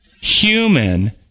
human